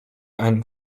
einen